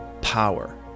power